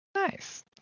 Nice